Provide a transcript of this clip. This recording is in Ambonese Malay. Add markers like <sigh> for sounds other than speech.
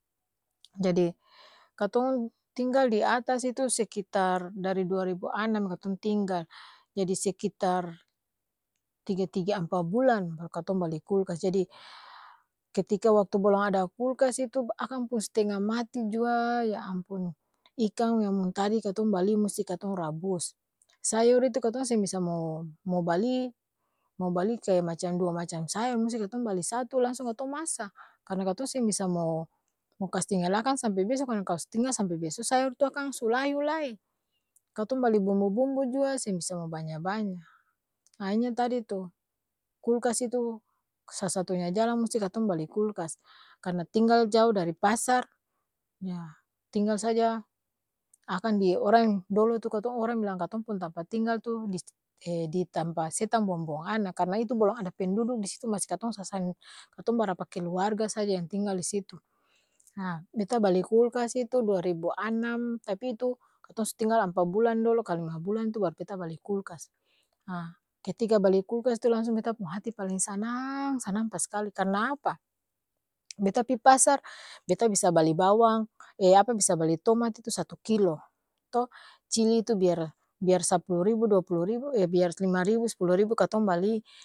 <noise> jadi, katong tinggal di atas itu sekitar dari dua ribu anam katong tinggal, jadi sekitar tiga-tiga ampa bulan, baru katong bali kulkas jadi, <noise> ketika waktu balong ada kulkas itu akang pung s'tenga mati juaa ya ampun, ikang yang tadi katong bali musti katong rabus, sayor itu katong seng bisa mau mau-bali, mau bali kaya macang dua macang sayor musti katong bali satu langsung katong masa karna katong seng bisa mao mau kastinggal akang sampe beso karna kalo su tinggal sampe beso, sayor tu akang su layu lai, katong bali bumbu-bumbu jua seng bisa mo banya-banya, ahi nya tadi tu, kulkas itu, sa-satu nya jalang musti katong bali kulkas, karna tinggal jao dari pasar, yaa tinggal saja akang di orang dolo itu kotong orang bilang katong pung tampa tinggal tu <hesitation> di tampa setang buang-buang ana, karna itu bolong ada penduduk disitu masi katong sasan katong barapa keluarga saja yang tinggal disitu, haa beta bali kulkas itu dua ribu anam, tapi itu katong su tinggal ampa bulan dolo kaa lima bulan tu baru beta bali kulkas, haa ketika bali kulkas tu langsung beta pung hati paleng sanaaanngg, sanang paskali karna apa? Beta pi pasar, beta bisa bali bawang <hesitation> bisa bali tomat itu satu kilo, to cili tu biar biar sapulu ribu dua pulu ribu, ya biar lima ribu s'pulu ribu katong bali.